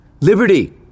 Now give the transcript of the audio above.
Liberty